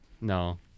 No